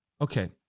Okay